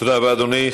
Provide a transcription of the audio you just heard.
תודה רבה, אדוני.